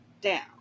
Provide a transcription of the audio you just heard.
down